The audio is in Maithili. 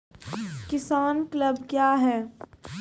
किसान क्लब क्या हैं?